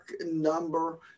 number